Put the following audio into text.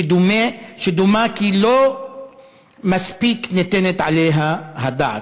שדומה כי לא מספיק ניתנת עליה הדעת.